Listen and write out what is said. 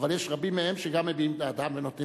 אבל יש רבים מהם שגם מביעים את דעתם ונותנים